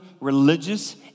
religious